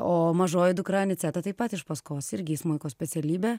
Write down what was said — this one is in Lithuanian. o mažoji dukra aniceta taip pat iš paskos irgi smuiko specialybę